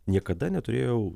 niekada neturėjau